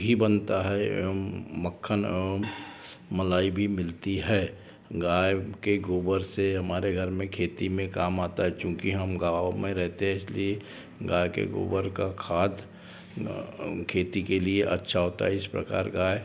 घी बनता है मक्खन मलाई भी मिलती है गाय के गोबर से हमारे घर में खेती में काम आता है चूंकि हम गाँव में रहते इसलिए गाय के गोबर का खाद खेती के लिए अच्छा होता है इस प्रकार गाय